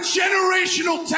generational